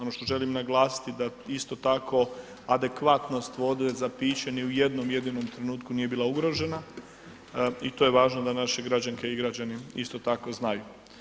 Ono što želim naglasiti da isto tako adekvatnost vode za piće ni u jednom jedinom trenutku nije bila ugrožena i to je važno da naše građanke i građani isto tako znaju.